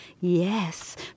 Yes